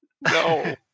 No